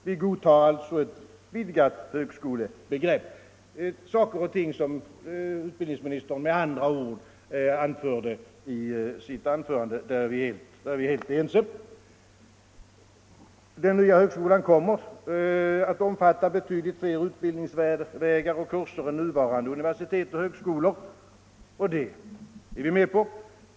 Vi godtar alltså ett vidgat högskolebegrepp. Detta är saker och ting som utbildningsministern talade om i sitt anförande och om vilka vi alltså är helt ense. Den nya högskolan kommer att omfatta betydligt fler utbildningsvägar och kurser än nuvarande universitet och högskolor. Det är vi med på.